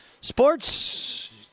Sports